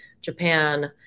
Japan